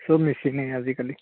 চব মেচিনেই আজিকালি